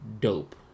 dope